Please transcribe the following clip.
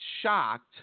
shocked